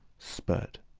spurt.